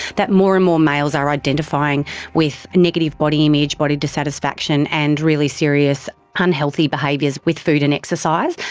that more and more males are identifying with negative body image, body dissatisfaction and really serious unhealthy behaviours with food and exercise.